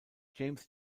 james